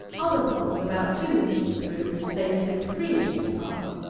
other poles, about two inches through, placed at three inches apart.